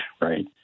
right